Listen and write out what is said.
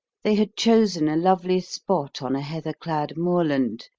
they had chosen a lovely spot on a heather-clad moorland,